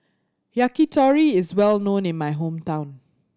yakitori is well known in my hometown